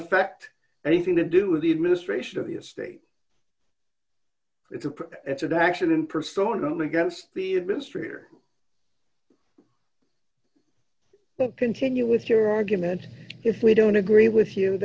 affect anything to do with the administration of the estate it's a it's an action in persona against the administrator so continue with your argument if we don't agree with you